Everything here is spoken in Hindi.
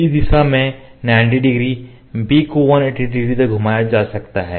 इस दिशा में 90 डिग्री B को 180 डिग्री तक घुमाया जा सकता है